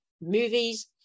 movies